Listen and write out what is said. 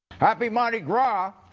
happy mardi gras,